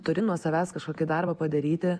turi nuo savęs kažkokį darbą padaryti